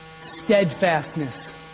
Steadfastness